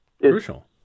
Crucial